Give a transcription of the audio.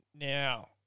Now